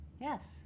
Yes